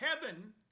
Heaven